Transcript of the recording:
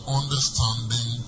understanding